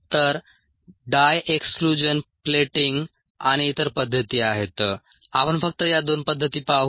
तर dye exclusion plating आणि इतर पद्धती आहेत आपण फक्त या दोन पद्धती पाहू